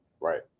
Right